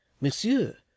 monsieur